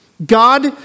God